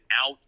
out